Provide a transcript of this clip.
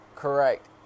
Correct